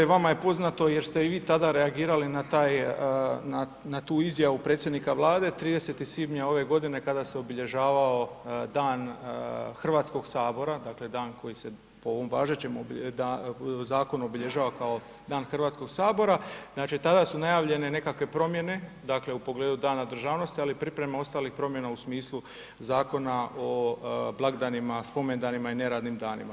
Vama je poznato jer ste i tada reagirali tada na tu izjavu predsjednika Vlade 30. svibnja ove godine kada se obilježavao Dan Hrvatskog sabora, dakle dan koji se po ovom važećem zakonu obilježava kao Dan Hrvatskog sabora, znači tada su najavljene nekakve promjene u pogledu Dana državnosti, ali priprema ostalih promjena u smislu Zakona o blagdanima, spomendanima i neradnim danima.